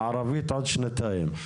בערבית עוד שנתיים.